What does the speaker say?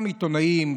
גם עיתונאים,